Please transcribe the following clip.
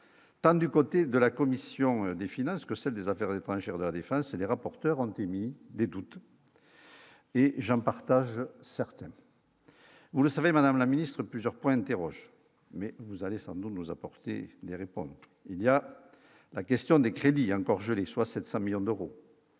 tant du côté de la commission des finances que celle des Affaires étrangères de la Défense et les rapporteurs ont émis des doutes. Et j'en partage certaines vous le savez, madame la ministre, plusieurs points interroge mais vous allez sans nous apporter des réponses, il y a la question des crédits encore gelés, soit 700 millions d'euros